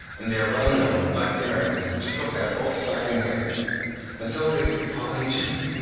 and they are well known, like the americans, to pluck out all straggling hairs and so it is with the polynesians,